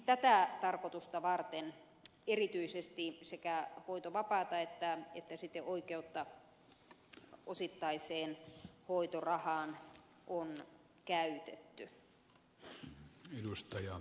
tätä tarkoitusta varten erityisesti sekä hoitovapaata että sitten oikeutta osittaiseen hoitorahaan on käytetty